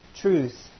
Truth